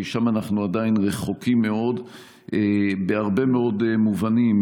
כי שם אנחנו עדיין רחוקים מאוד בהרבה מאוד מובנים.